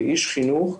כאיש חינוך,